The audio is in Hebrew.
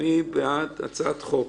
מי בעד אישור הצעת חוק